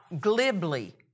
glibly